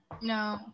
No